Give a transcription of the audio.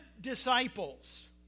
disciples